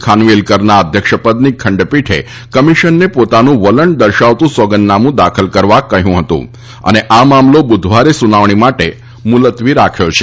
ખાનવિલકરના અધ્યક્ષપદની ખંડપીઠે કમિશનને પોતાનું વલણ દર્શાવતું સોગંદનામું દાખલ કરવા કહ્યું હતું અને આ મામલો બુધવારે સુનાવણી માટે મુલતવી રાખ્યો છે